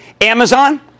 Amazon